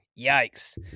yikes